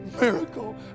miracle